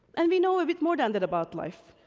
and we know a bit more than that about life,